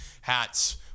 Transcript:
hats